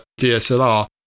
DSLR